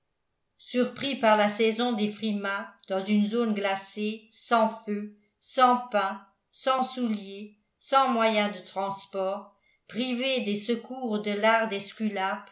surpris par la saison des frimas dans une zone glacée sans feu sans pain sans souliers sans moyens de transport privés des secours de l'art